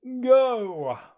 Go